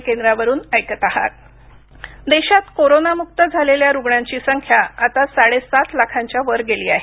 corona देश देशात कोरोनामुक्त झालेल्या रुग्णांची संख्या आता साडे सात लाखांच्या वर गेली आहे